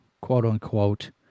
quote-unquote